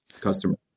customer